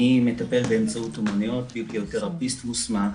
אני מטפל באמצעות אומניות, פיזיותרפיסט מוסמך